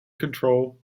control